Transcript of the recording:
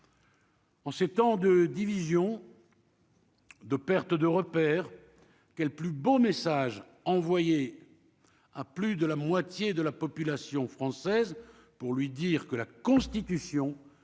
En ces temps de division. De perte de repères, quel plus beau message envoyé à plus de la moitié de la population française pour lui dire que la Constitution lui garantit